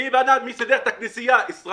מי סידר את הכנסייה ישראל,